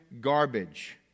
garbage